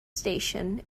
station